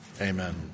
amen